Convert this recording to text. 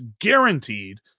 guaranteed